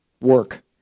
work